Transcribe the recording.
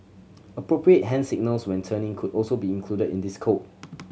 appropriate hand signals when turning could also be included in this code